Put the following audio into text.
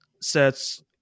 sets